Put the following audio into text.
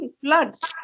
floods